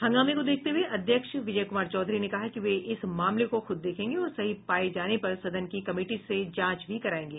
हंगामे को देखते हुए अध्यक्ष विजय कुमार चौधरी ने कहा कि वे इस मामले को खुद देखेंगे और सही पाये जाने पर सदन की कमिटी से जांच भी करायेंगे